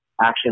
action